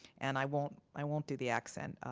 and i won't i won't do the accent,